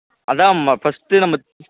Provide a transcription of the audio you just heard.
நாங்கள் காலையில் எங்கே சார் வரணும்